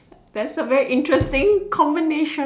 that's a very interesting combination